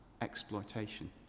exploitation